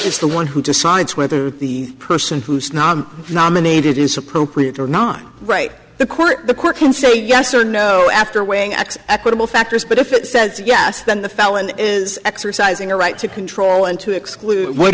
it's the one who decides whether the person who's not nominated is appropriate or not right the court the court can say yes or no after weighing x equitable factors but if it says yes then the felon is exercising a right to control and to exclude what